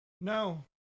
No